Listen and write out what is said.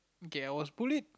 okay I was bullied